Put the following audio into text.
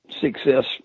success